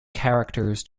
characters